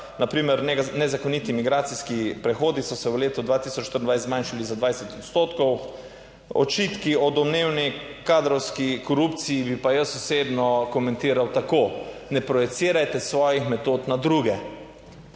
nezakoniti migracijski prehodi so se v letu 2024 zmanjšali za 20 odstotkov. Očitki o domnevni kadrovski korupciji bi pa jaz osebno komentiral tako: ne projicirajte svojih metod na druge.